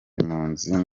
impunzi